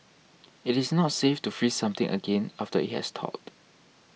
it is not safe to freeze something again after it has thawed